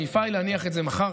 השאיפה היא להניח את זה מחר.